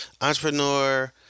Entrepreneur